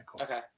Okay